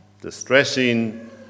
distressing